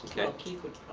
keith would